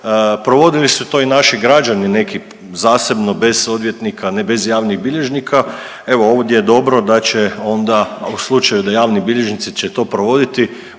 provodili su to i naši građani neki zasebno bez odvjetnika, bez javnih bilježnika. Evo ovdje je dobro da će onda u slučaju da javni bilježnici će to provoditi